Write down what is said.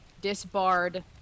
disbarred